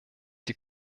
die